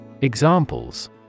Examples